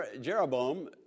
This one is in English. Jeroboam